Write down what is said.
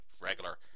regular